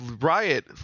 riot